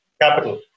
capital